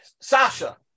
Sasha